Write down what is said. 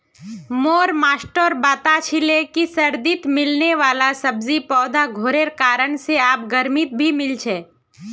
मोर मास्टर बता छीले कि सर्दित मिलने वाला सब्जि पौधा घरेर कारण से आब गर्मित भी मिल छे